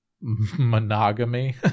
monogamy